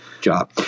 job